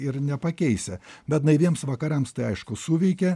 ir nepakeisi bet naiviems vakarams tai aišku suveikė